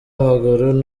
w’amaguru